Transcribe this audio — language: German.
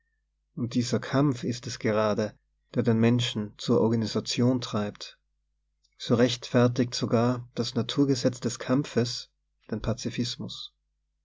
und dieser kampf ist es gerade der den menschen zur organisation treibt so rechtfertigt sogar das naturgesetz des kampfes den pazfismus